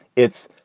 it's.